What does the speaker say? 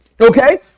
Okay